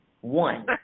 One